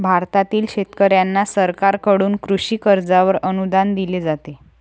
भारतातील शेतकऱ्यांना सरकारकडून कृषी कर्जावर अनुदान दिले जाते